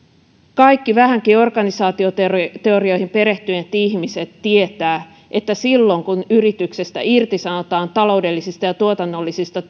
kaikki vähänkin organisaatioteorioihin perehtyneet ihmiset tietävät että silloin kun yrityksestä irtisanotaan taloudellisista ja tuotannollisista